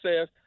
says